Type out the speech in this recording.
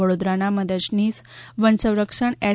વડોદરાના મદદનીશ વનસંરક્ષણ એચ